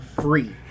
free